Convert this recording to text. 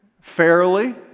fairly